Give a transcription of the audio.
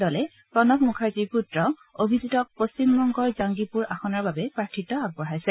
দলে প্ৰণৱ মুখাৰ্জীৰ পুত্ৰ অভিজিতক পশ্চিমবংগৰ জাংগীপুৰ আসনৰ বাবে প্ৰাৰ্থিত্ব আগবঢ়াইছে